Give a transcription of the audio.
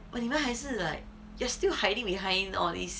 when 你们还是 like you're still hiding behind all these